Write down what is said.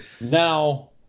now